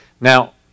Now